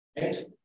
Right